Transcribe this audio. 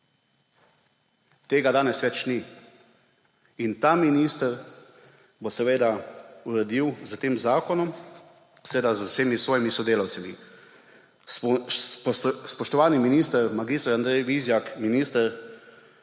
tega danes več ni in ta minister bo seveda uredil s tem zakonom, seveda z vsemi svojimi sodelavci. Spoštovani minister mag. Andrej Vizjak, minister